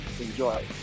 enjoy